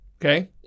Okay